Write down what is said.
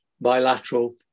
bilateral